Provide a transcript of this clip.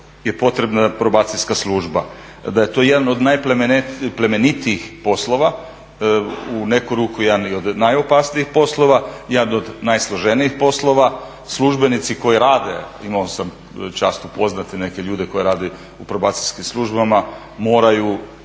je potrebna probacijska služba, da je to jedan od najplemenitijih poslova, u neku ruku jedan i od najopasnijih poslova, jedan od najsloženijih poslova. Službenici koji rade imao sam čast upoznati neke ljude koji rade u probacijskim službama moraju